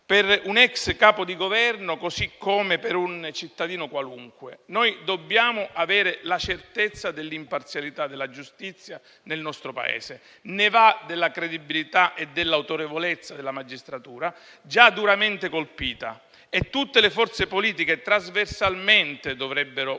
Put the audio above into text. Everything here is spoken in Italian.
per un ex Capo di Governo così come per un cittadino qualunque. Noi dobbiamo avere la certezza dell'imparzialità della giustizia nel nostro Paese; ne va della credibilità e dell'autorevolezza della magistratura, già duramente colpita. E tutte le forze politiche dovrebbero pretendere